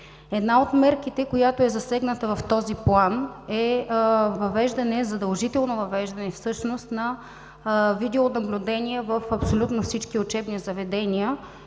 Една от мерките, която е засегната в този План е задължително въвеждане всъщност на видеонаблюдение в абсолютно всички учебни заведения